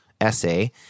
essay